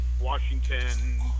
washington